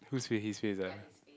whose face his face ah